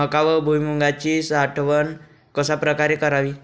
मका व भुईमूगाची साठवण कशाप्रकारे करावी?